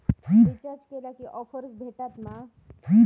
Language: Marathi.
रिचार्ज केला की ऑफर्स भेटात मा?